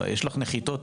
יש לך נחיתות,